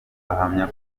ahamya